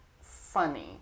funny